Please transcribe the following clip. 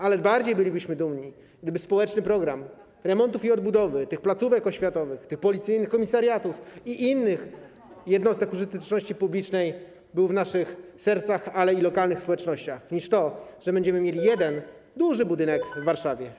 Ale bardziej bylibyśmy dumni z tego, gdyby społeczny program remontów i odbudowy placówek oświatowych, policyjnych komisariatów i innych jednostek użyteczności publicznej był w naszych sercach, ale i lokalnych społecznościach, niż z tego, że będziemy mieli jeden duży budynek w Warszawie.